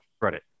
credit